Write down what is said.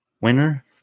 winner